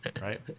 right